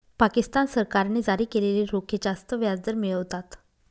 पाकिस्तान सरकारने जारी केलेले रोखे जास्त व्याजदर मिळवतात